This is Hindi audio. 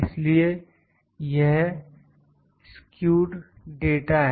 इसलिए यह स्क्यूड डाटा है